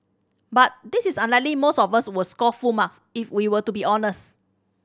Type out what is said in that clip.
but this is unlikely most of us were score full marks if we were to be honest